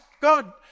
God